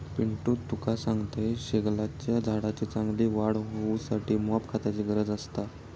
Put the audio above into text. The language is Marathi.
पिंटू तुका सांगतंय, शेगलाच्या झाडाची चांगली वाढ होऊसाठी मॉप खताची गरज असता